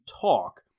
talk